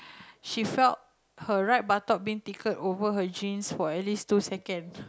she felt her right buttock being tickled over her jeans for at least two second